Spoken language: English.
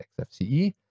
xfce